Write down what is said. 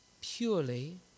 purely